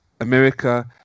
America